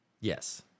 Yes